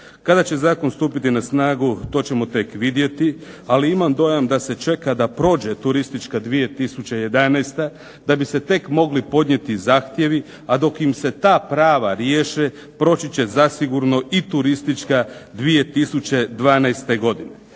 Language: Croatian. Kada će zakon stupiti na snagu to ćemo tek vidjeti, ali imam dojam da se čeka da prođe turistička 2011. da bi se tek mogli podnijeti zahtjevi, a dok im se ta prava riješe proći će zasigurno i turistička 2012. godina.